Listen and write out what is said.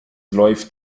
läuft